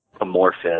amorphous